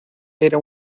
era